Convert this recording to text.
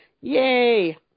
Yay